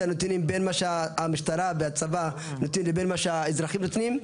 הנתונים בין מה שהמשטרה והצבא נותנים לבין מה שהאזרחים נותנים.